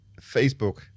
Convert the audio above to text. Facebook